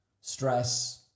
stress